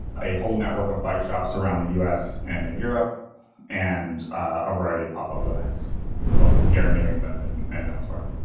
a whole network of bike shops around the u s and in europe and a variety of popup events both here in new england and elsewhere.